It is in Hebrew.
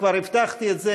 כבר הבטחתי את זה,